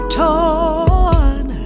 torn